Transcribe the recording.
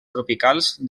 tropicals